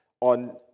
on